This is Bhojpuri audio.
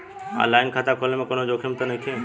आन लाइन खाता खोले में कौनो जोखिम त नइखे?